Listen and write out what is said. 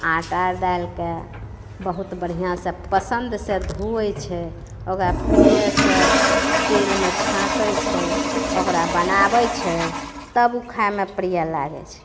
आटा डालिके बहुत बढ़िआँ से पसन्द से धोवै छै ओकरा प्रिय से तेलमे छाँकै छै ओकरा बनाबै छै तब ओ खाइमे प्रिय लागैत छै